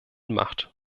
macht